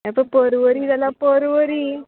हे पय परवरी जाला परवरी